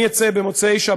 אני אצא במוצאי-שבת,